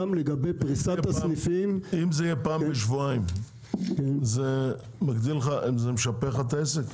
אם זה יהיה פעם בשבועיים, זה משפר לך את העסק?